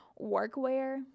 workwear